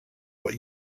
what